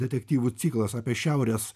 detektyvų ciklas apie šiaurės